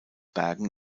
bergen